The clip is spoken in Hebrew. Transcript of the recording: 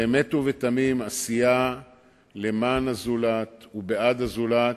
באמת ובתמים, עשייה למען הזולת ובעד הזולת.